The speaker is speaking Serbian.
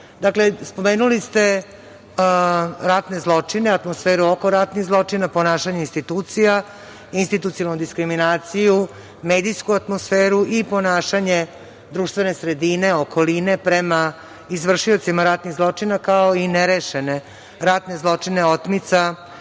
Ustava. Spomenuli ste ratne zločine, atmosferu oko ratnih zločina, ponašanje institucija, institucionalnu diskriminaciju, medijsku atmosferu i ponašanje društvene sredine, okoline prema izvršiocima ratnih zločina, kao i nerešene ratne zločine, otmica